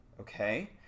okay